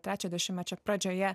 trečio dešimmečio pradžioje